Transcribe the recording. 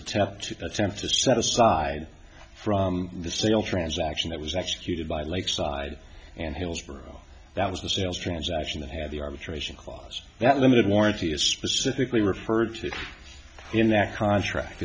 attempt to attempt to set aside from the sale transaction that was executed by lakeside and hillsborough that was the sales transaction that had the arbitration clause that limited warranty is specifically referred to in that contract